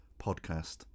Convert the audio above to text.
podcast